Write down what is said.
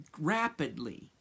rapidly